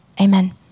Amen